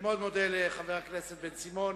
אני מאוד מודה לחבר הכנסת בן-סימון